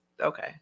okay